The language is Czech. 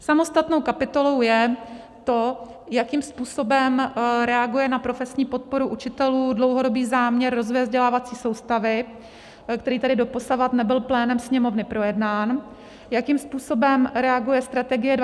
Samostatnou kapitolou je to, jakým způsobem reaguje na profesní podporu učitelů dlouhodobý záměr rozvoje vzdělávací soustavy, který tady doposud nebyl plénem Sněmovny projednán, jakým způsobem reaguje Strategie 2030+.